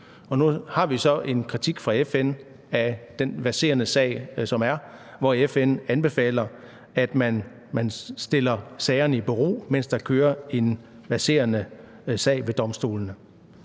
Nu har vi så fået en kritik fra FN af den verserende sag, hvor FN anbefaler, at man stiller sagerne i bero, mens der kører en verserende sag ved domstolene.